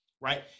right